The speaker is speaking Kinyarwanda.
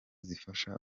zizafasha